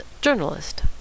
Journalist